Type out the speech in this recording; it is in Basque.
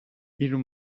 hiru